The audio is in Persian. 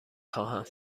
خواهم